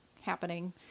happening